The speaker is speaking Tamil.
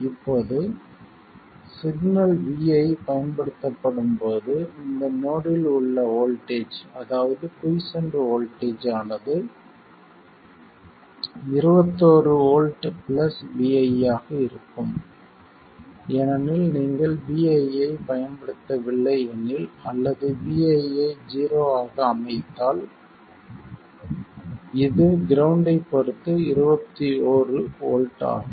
இப்போது சிக்னல் vi பயன்படுத்தப்படும் போது இந்த நோடில் உள்ள வோல்ட்டேஜ் அதாவது குய்ஸ்சென்ட் வோல்ட்டேஜ் ஆனது 21 வோல்ட் vi ஆக இருக்கும் ஏனெனில் நீங்கள் vi ஐப் பயன்படுத்தவில்லை எனில் அல்லது vi ஐ 0 ஆக அமைத்தால் இது கிரவுண்ட்டைப் பொறுத்து 21 வோல்ட் ஆகும்